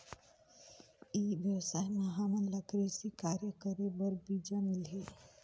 ई व्यवसाय म हामन ला कृषि कार्य करे बर बीजा मिलही?